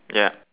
ya